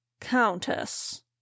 countess